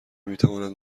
میتواند